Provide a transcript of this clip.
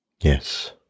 Yes